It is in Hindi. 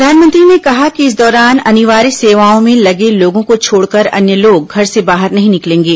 प्रधानमंत्री ने कहा कि इस दौरान अनिवार्य सेवाओं में लगे लोगों को छोड़कर अन्य लोग घर से बाहर नहीं निकलेंगे